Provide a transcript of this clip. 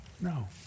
No